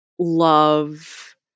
love